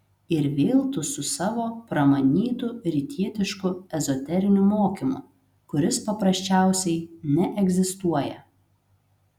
ir vėl tu su savo pramanytu rytietišku ezoteriniu mokymu kuris paprasčiausiai neegzistuoja